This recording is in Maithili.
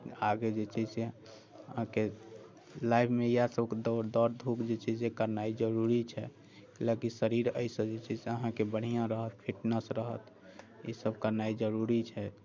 आगे जे छै से अहाँके लाइफमे इएह सभ दौड़ दौड़धूप जे छै से करनाइ जरूरी छै इहे लऽकऽ शरीर एहि से जे छै से अहाँकेँ बढ़िआँ रहत फिटनेस रहत ई सभ करनाइ जरूरी छै